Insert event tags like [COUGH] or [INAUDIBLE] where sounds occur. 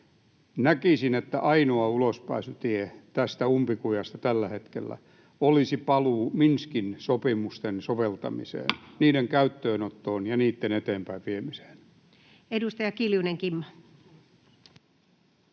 Näkisin, että ainoa ulospääsytie tästä umpikujasta tällä hetkellä olisi paluu Minskin sopimusten soveltamiseen, [NOISE] niiden käyttöönottoon ja niiden eteepäinviemiseen. Mikrofoni ei vielä